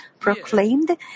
Proclaimed